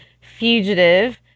Fugitive